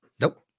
Nope